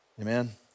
Amen